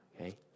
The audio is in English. okay